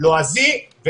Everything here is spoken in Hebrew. לועזי,